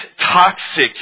toxic